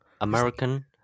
American